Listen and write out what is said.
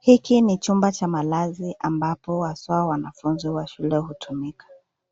Hiki ni chuba cha malazi ambapo haswaa wanafunzi wa shule hutumia.